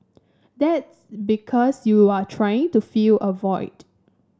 that's because you are trying to fill a void